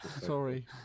Sorry